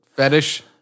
Fetish